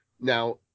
now